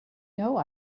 know